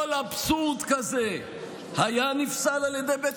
כל אבסורד כזה היה נפסל על ידי בית